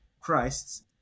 Christ's